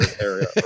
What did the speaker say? area